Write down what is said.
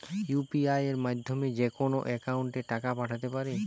UPI মাধ্যমে যেকোনো একাউন্টে টাকা পাঠাতে পারি?